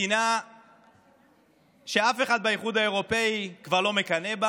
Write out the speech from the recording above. מדינה שאף אחד באיחוד האירופי כבר לא מקנא בה,